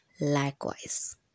likewise